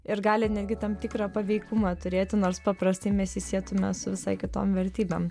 ir gali netgi tam tikrą paveikumą turėti nors paprastai mes jį sietume su visai kitom vertybėm